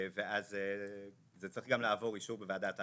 ואז זה צריך לעבור גם אישור בוועדת האגרות,